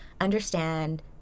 understand